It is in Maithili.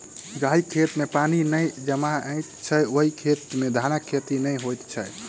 जाहि खेत मे पानि नै जमैत छै, ओहि खेत मे धानक खेती नै होइत छै